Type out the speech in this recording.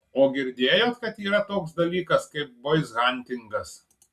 o girdėjot kad yra toks dalykas kaip boizhantingas